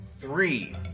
three